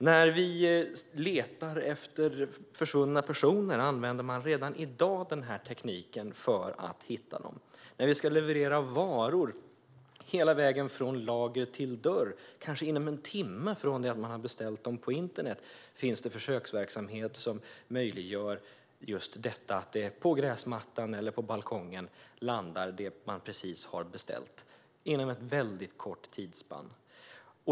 När man letar efter försvunna personer använder man redan i dag den här tekniken för att hitta dem. När det gäller varor som ska levereras hela vägen från lager till dörr inom kanske en timme från det att man har beställt dem på internet finns det försöksverksamhet som möjliggör att det som man just har beställt landar på gräsmattan eller balkongen inom ett väldigt kort tidsspann.